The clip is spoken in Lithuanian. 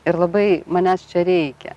ir labai manęs čia reikia